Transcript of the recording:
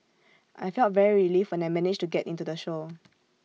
I felt very relieved when I managed to get into the show